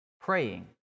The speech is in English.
praying